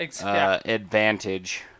advantage